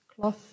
cloth